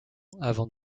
avant